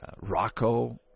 Rocco